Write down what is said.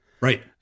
Right